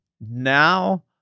now